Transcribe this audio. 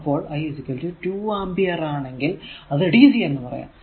അപ്പോൾ i 2 ampere ആണെങ്കിൽ അത് dc എന്ന് പറയാം